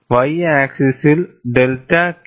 Y ആക്സിസ്സിൽ delta K